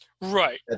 Right